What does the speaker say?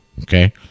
okay